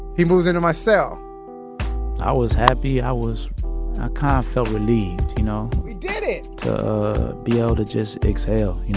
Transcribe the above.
he moves into my cell i was happy. i was, i ah kind of felt relieved, you know? we did it! to be able to just exhale, you